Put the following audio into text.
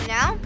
Now